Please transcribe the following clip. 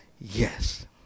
yes